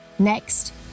Next